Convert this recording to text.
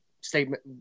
statement